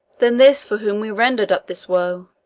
than this for whom we rend'red up this woe!